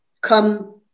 come